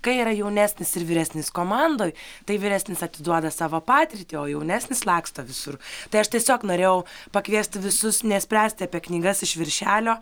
kai yra jaunesnis ir vyresnis komandoj tai vyresnis atiduoda savo patirtį o jaunesnis laksto visur tai aš tiesiog norėjau pakviesti visus nespręsti apie knygas iš viršelio